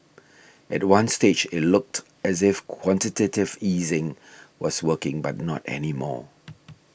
at one stage it looked as if quantitative easing was working but not any more